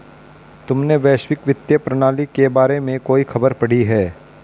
तुमने वैश्विक वित्तीय प्रणाली के बारे में कोई खबर पढ़ी है?